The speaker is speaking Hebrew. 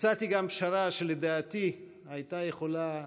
הצעתי גם פשרה שלדעתי הייתה יכולה